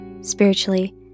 spiritually